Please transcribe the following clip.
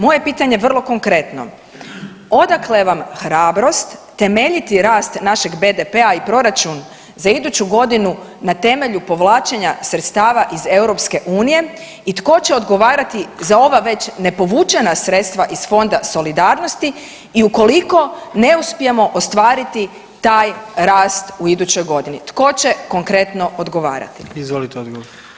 Moje je pitanje vrlo konkretno, odakle vam hrabrost temeljiti rast našeg BDP-a i proračun za iduću godinu na temelju povlačenja sredstava iz EU i tko će odgovarati za ova već ne povučena sredstva iz Fonda solidarnosti i ukoliko ne uspijemo ostvariti taj rast u idućoj godini, tko će konkretno odgovarati?